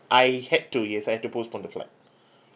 I had to yes I had to postpone the flight